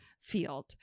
field